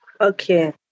Okay